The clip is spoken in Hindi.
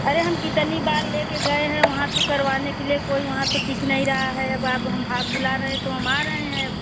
अरे हम कितनी बार ले कर गए है वहाँ पर करवाने के लिए कोई वहाँ पर दिख नहीं रहा है अब आप हम आप बुला रहे हैं तो हम आ रहे हैं अब